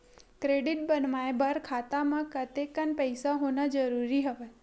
Credit बनवाय बर खाता म कतेकन पईसा होना जरूरी हवय?